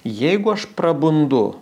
jeigu aš prabundu